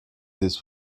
this